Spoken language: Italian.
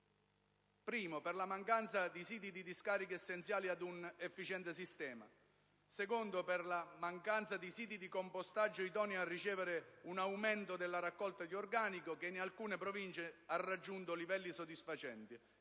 motivi: per la mancanza di siti di discarica essenziali ad un efficiente sistema; per la mancanza di siti di compostaggio idonei a ricevere un aumento della raccolta di organico, che in alcune Province ha raggiunto livelli soddisfacenti;